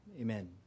amen